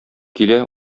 килә